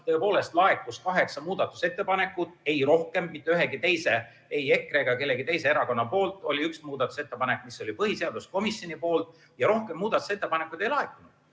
Tõepoolest, laekus kaheksa muudatusettepanekut, ei rohkem, mitte ühegi teise, ei EKRE ega ühegi teise erakonna poolt. Oli ka üks muudatusettepanek põhiseaduskomisjonilt ja rohkem muudatusettepanekuid ei laekunud.